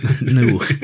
No